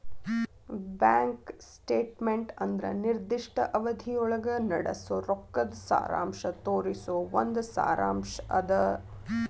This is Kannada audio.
ಬ್ಯಾಂಕ್ ಸ್ಟೇಟ್ಮೆಂಟ್ ಅಂದ್ರ ನಿರ್ದಿಷ್ಟ ಅವಧಿಯೊಳಗ ನಡಸೋ ರೊಕ್ಕದ್ ಸಾರಾಂಶ ತೋರಿಸೊ ಒಂದ್ ಸಾರಾಂಶ್ ಅದ